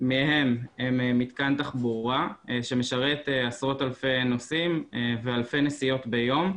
מהם מתקן תחבורה שמשרת עשרות אלפי נוסעים ואלפי נסיעות ביום,